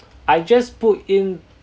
I just put in